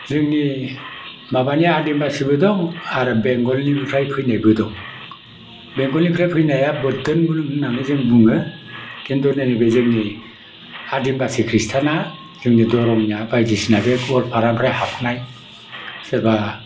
जोंनि माबानिया आदिबासिबो दं आरो बेंगलनिफ्राय फैनायबो दं बेंगलनिफ्राय फैनाया बोरदोन होनना जों बुङो खिन्थु नैबे जोंनि आदिबासि ख्रिष्टाना जोंनि दरंनिया बायदिसिना बे गवालपारानिफ्राय हाबफानाय सोरबा